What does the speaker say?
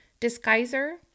disguiser